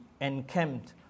encamped